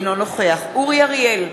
אינו נוכח אורי אריאל,